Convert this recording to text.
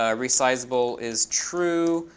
ah resizeable is true,